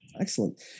Excellent